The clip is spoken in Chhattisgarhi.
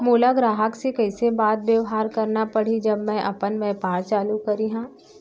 मोला ग्राहक से कइसे बात बेवहार करना पड़ही जब मैं अपन व्यापार चालू करिहा?